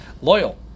loyal